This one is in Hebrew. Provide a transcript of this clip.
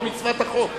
כמצוות החוק.